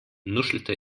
nuschelte